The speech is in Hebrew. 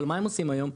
אבל מה הם עושים היום?